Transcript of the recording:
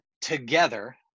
together